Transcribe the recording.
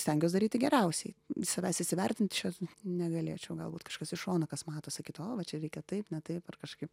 stengiuos daryti geriausiai savęs įsivertint čia negalėčiau galbūt kažkas iš šono kas mato sakytų o va čia reikia taip ne taip ar kažkaip